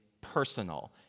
personal